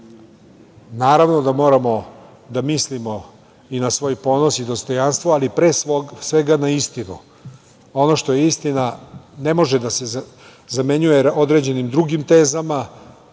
da moramo da mislimo i na svoj ponos i dostojanstvo, ali pre svega na istinu. Ono što je istina ne može da se zamenjuje određenim drugim tezama.